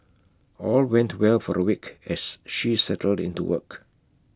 all went well for A week as she settled into work